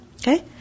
Okay